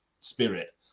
spirit